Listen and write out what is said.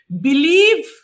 Believe